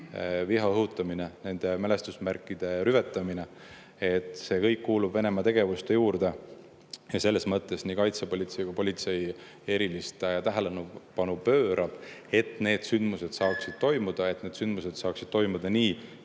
viha õhutamine, nende mälestusmärkide rüvetamine. See kõik kuulub Venemaa tegevuste juurde. Ja selles mõttes pööravad nii kaitsepolitsei kui ka politsei erilist tähelepanu, et need sündmused saaksid toimuda ja et need sündmused saaksid toimuda nii,